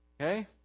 Okay